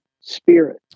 spirit